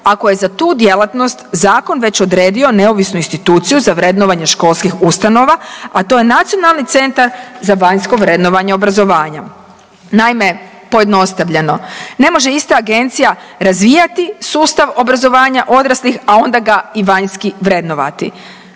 ako je za tu djelatnost zakon već odredio neovisnu instituciju za vrednovanje školskih ustanova, a to je Nacionalni centar za vanjsko vrednovanje obrazovanja. Naime, pojednostavljeno, ne može ista agencija razvijati sustav obrazovanja odraslih, a onda ga i vanjski vrednovati,